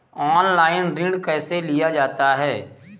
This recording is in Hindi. ऑनलाइन ऋण कैसे लिया जाता है?